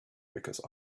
because